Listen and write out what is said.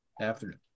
Afternoon